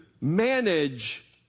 manage